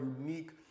unique